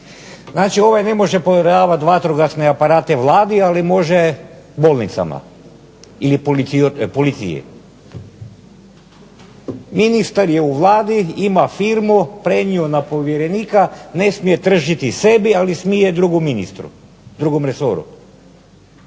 Znači, ovaj ne može …/Govornik se ne razumije./… vatrogasne aparate Vladi, ali može bolnicama ili policiji. Ministar je u Vladi ima firmu, prenio na povjerenika, ne smije tržiti sebi, ali smije drugom ministru, drugom resoru.